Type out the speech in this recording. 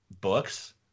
books